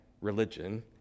religion